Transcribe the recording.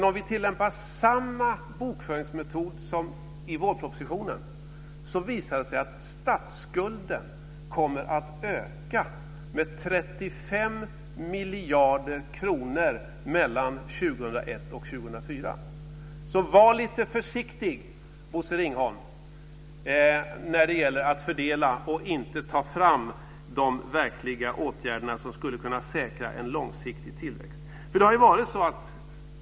Om vi tillämpar samma bokföringsmetod som i vårpropositionen så visar det sig att statsskulden kommer att öka med 35 miljarder kronor mellan 2001 och 2004. Så var lite försiktig, Bosse Ringholm, när det gäller att fördela och inte ta fram de verkliga åtgärderna som skulle kunna säkra en långsiktig tillväxt!